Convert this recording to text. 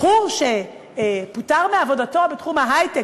בחור שפוטר מעבודתו בתחום ההיי-טק